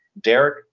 Derek